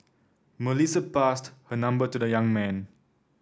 Melissa passed her number to the young man